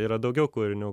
yra daugiau kūrinių